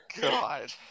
God